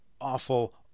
awful